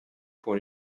pour